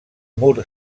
mur